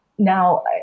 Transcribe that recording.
Now